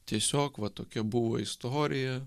tiesiog va tokia buvo istorija